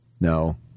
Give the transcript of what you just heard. No